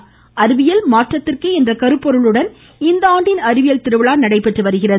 அறிவியல் மாற்றத்திற்கே என்ற கருப்பொருளுடன் இந்த ஆண்டின் அறிவியல் திருவிழா நடைபெறுகிறது